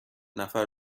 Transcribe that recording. نفر